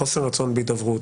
חוסר רצון בהידברות,